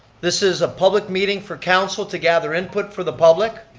this is a public meeting for council to gather input for the public.